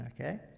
Okay